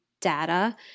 data